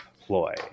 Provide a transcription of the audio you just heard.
ploy